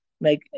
make